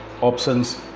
options